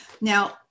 Now